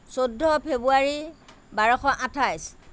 চৈধ্য ফেব্ৰুৱাৰী বাৰশ আঠাইছ